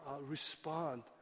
respond